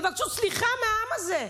תבקשו סליחה מהעם הזה.